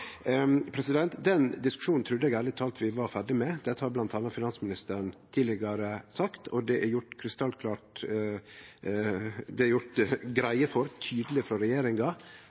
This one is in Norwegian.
Den diskusjonen trudde eg ærleg talt vi var ferdige med. Dette har bl.a. finansministeren sagt tidlegare, og det er gjort tydeleg greie for frå regjeringa at det ikkje er